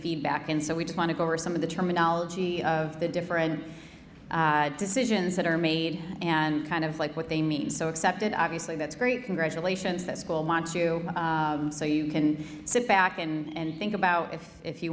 feedback and so we just want to go over some of the terminology of the different decisions that are made and kind of like what they mean so accepted obviously that's great congratulations that school wants you so you can sit back and think about it if you